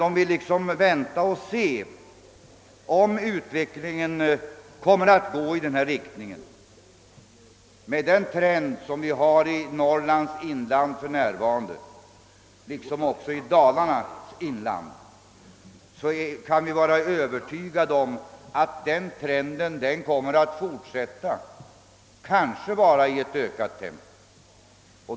Man vill dock först avvakta i vilken riktning utvecklingen kommer att gå. Vi kan vara övertygade om att den nuvarande trenden i Norrlands inland och även i Dalarna kommer att fortsätta, kanske i ökat tempo.